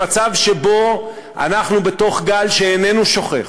במצב שבו אנחנו בתוך גל שאיננו שוכך,